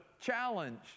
challenge